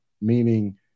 Meaning